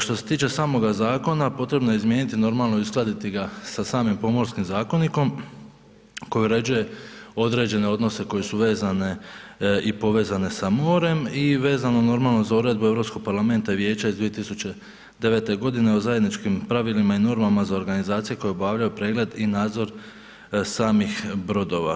Što se tiče samoga zakona potrebno je izmijeniti normalno i uskladiti ga sa samim Pomorskim zakonikom koji uređuje određene odnose koji su vezane i povezane sa morem i vezano normalno za uredbu Europskog parlamenta i vijeća iz 2009. godine o zajedničkim pravilima i normama za organizacije koje obavljaju pregled i nadzor samih brodova.